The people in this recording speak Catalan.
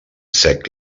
sec